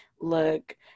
look